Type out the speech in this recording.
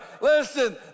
Listen